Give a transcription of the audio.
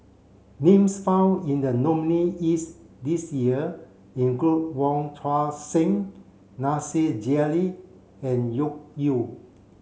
names found in the nominees' this year include Wong Tuang Seng Nasir Jalil and Loke Yew